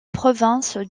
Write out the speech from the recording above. province